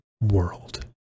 world